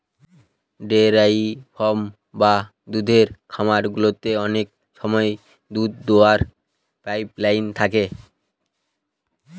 dairy farm বা দুধের খামার গুলোতে অনেক সময় দুধ দোওয়ার পাইপ লাইন থাকে